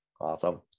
Awesome